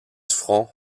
front